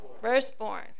firstborn